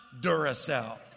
Duracell